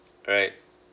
right